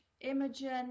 imogen